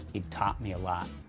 he taught me a lot,